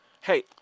Hey